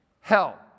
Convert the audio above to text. hell